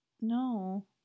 no